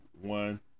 one